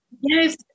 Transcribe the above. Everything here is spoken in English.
Yes